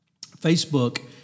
Facebook